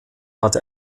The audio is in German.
hatte